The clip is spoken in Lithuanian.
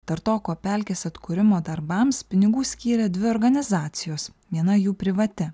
tartoko pelkės atkūrimo darbams pinigų skyrė dvi organizacijos viena jų privati